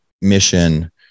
mission